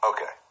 Okay